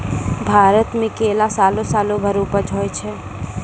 भारत मे केला सालो सालो भर उपज होय छै